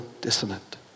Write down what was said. dissonant